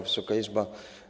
Wysoka Izbo!